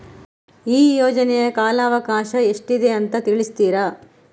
ಈ ಯೋಜನೆಯ ಕಾಲವಕಾಶ ಎಷ್ಟಿದೆ ಅಂತ ತಿಳಿಸ್ತೀರಾ?